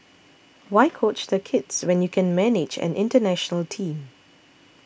why coach the kids when you can manage an international Team